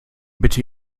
bitte